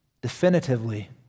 definitively